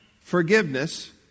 forgiveness